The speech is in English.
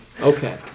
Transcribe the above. okay